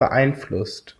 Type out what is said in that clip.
beeinflusst